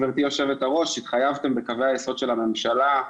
גברתי יושבת הראש - התחייבתם בקווי היסוד של הממשלה,